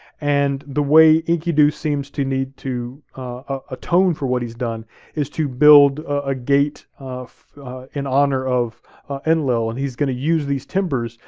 and the way enkidu seems to need to atone for what he's done is to build a gate in honor of enlil, and he's gonna use these timbers,